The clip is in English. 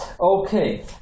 Okay